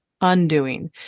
undoing